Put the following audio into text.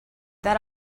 that